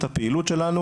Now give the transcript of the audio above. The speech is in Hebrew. את הפעילות שלנו,